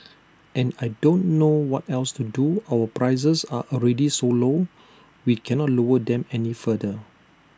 and I don't know what else to do our prices are already so low we can not lower them any further